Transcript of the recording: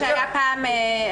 זה מה שהיה פעם הריגה.